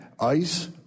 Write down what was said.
ICE